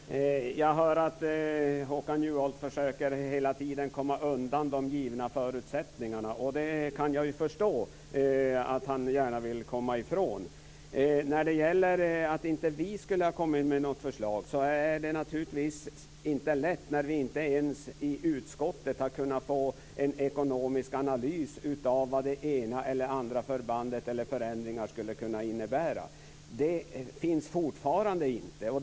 Fru talman! Jag hör att Håkan Juholt hela tiden försöker komma undan de givna förutsättningarna och kan förstå att han gärna vill komma ifrån dem. När det gäller detta med att vi inte skulle ha kommit med något förslag kan jag bara säga att det inte är en lätt sak. Inte ens i utskottet har vi kunnat få en ekonomisk analys av vad det ena eller andra förbandet eller vad den ena eller andra förändringen skulle kunna innebära. Fortfarande finns det inga sådana uppgifter.